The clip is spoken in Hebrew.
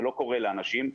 זה לא קורה לאנשים,